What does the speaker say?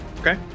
Okay